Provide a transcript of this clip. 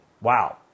Wow